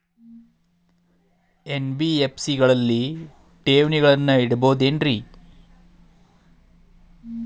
NBFC ಗಳಲ್ಲಿ ಠೇವಣಿಗಳನ್ನು ಇಡಬಹುದೇನ್ರಿ?